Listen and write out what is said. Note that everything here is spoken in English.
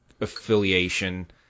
affiliation